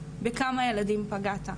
בכמה ילדים פגעת?